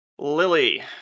Lily